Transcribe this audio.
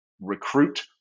recruit